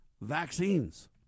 vaccines